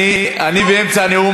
אני באמצע הנאום,